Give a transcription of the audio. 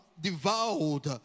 devoured